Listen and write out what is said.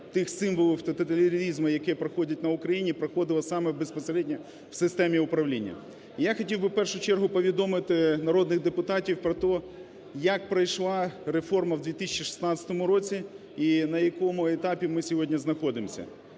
тих символів тоталітаризму, яке проходить на Україні, проходило саме безпосередньо в системі управління. Я хотів би в першу чергу повідомити народних депутатів про те, як пройшла реформа в 2016 році і на якому етапі ми сьогодні знаходимося.